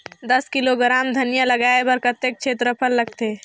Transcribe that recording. दस किलोग्राम धनिया लगाय बर कतेक क्षेत्रफल लगथे?